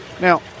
now